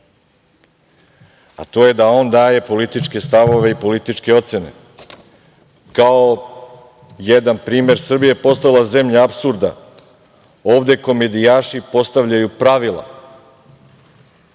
a to je da on daje političke stavove i političke ocene. Kao jedan primer, Srbija je postala zemlja apsurda, ovde komedijaši postavljaju pravila,